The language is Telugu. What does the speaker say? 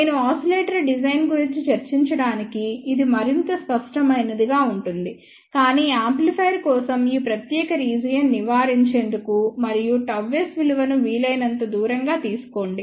నేను ఆసిలేటర్ డిజైన్ గురించి చర్చించడానికి ఇది మరింత స్పష్టమైనది గా ఉంటుంది కానీ యాంప్లిఫైయర్ కోసం ఈ ప్రత్యేక రీజియన్ నివారించేందుకు మరియు Γs విలువ ను వీలైనంత దూరంగా తీసుకోండి